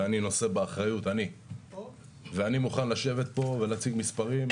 ואני נושא באחריות - אני - ואני מוכן לשבת פה ולהציג מספרים.